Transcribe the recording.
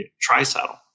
tri-saddle